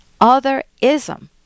otherism